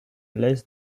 less